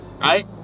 right